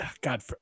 God